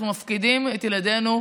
אנחנו מפקידים את ילדינו,